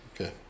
Okay